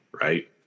right